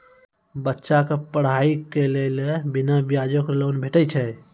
बच्चाक पढ़ाईक लेल बिना ब्याजक लोन भेटै छै?